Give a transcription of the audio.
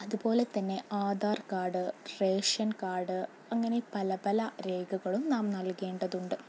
അതുപോലെ തന്നെ Aadhaar card ration card അങ്ങനെ പല പല രേഖകളും നാം നൽകേണ്ടതുണ്ട്